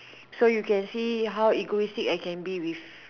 so you can see how egoistic I can be with